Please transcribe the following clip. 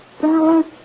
Dallas